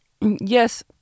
yes